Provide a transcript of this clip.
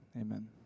Amen